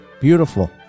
beautiful